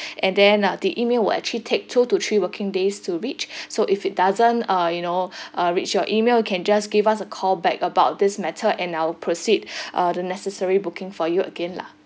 and then uh the email will actually take two to three working days to reach so if it doesn't uh you know uh reach your email you can just give us a call back about this matter and I'll proceed uh the necessary booking for you again lah